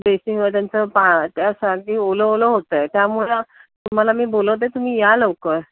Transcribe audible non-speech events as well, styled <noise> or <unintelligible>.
basin <unintelligible> त्यासाठी ओलं ओलं होतं आहे त्यामुळे तुम्हाला मी बोलवते तुम्ही या लवकर